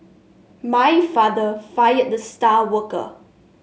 my father fired the star worker